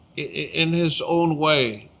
in his own way,